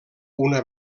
una